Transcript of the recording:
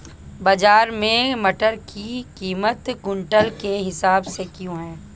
बाजार में मटर की कीमत क्विंटल के हिसाब से क्यो है?